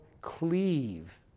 cleave